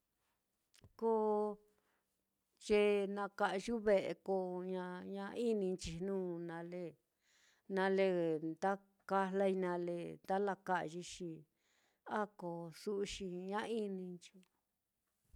Ko ye na ka'yi ve'e ko ña-ña inicnhi jnu nale, nale nda kajlai, nale nda lakayɨi, xi a ko su'u xi ña ininchi.